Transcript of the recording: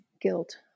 guilt